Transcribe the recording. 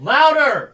Louder